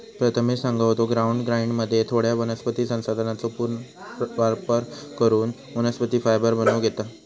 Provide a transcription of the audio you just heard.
प्रथमेश सांगा होतो, ग्राउंड ग्राइंडरमध्ये थोड्या वनस्पती संसाधनांचो पुनर्वापर करून वनस्पती फायबर बनवूक येता